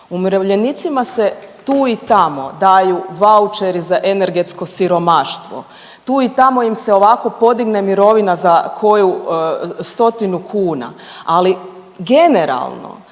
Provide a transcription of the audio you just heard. Umirovljenicima se tu i tamo daju vaučeri za energetsko siromaštvo. Tu i tamo im se ovako podigne mirovina za koju stotinu kuna, ali generalno